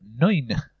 Nine